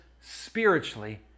spiritually